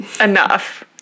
enough